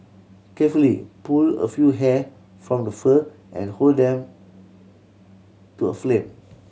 carefully pull a few hair from the fur and hold them to a flame